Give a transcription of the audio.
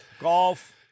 Golf